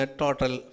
total